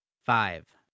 Five